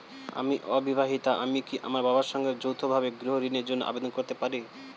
আমি অবিবাহিতা আমি কি আমার বাবার সঙ্গে যৌথভাবে গৃহ ঋণের জন্য আবেদন করতে পারি?